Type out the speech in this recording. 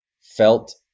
felt